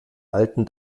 alten